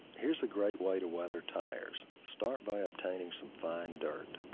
here's a great way to weather tires. start by obtaining some fine dirt.